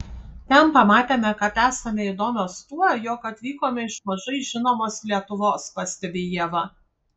ten pamatėme kad esame įdomios tuo jog atvykome iš mažai žinomos lietuvos pastebi ieva